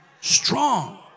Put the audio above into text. strong